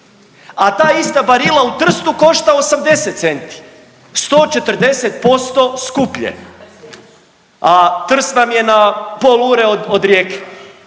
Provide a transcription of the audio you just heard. a ta ista Barilla u Trstu košta 80 centi, 140% skuplje, a Trst vam je na pol ure od Rijeke,